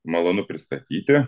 malonu pristatyti